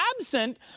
absent